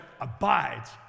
abides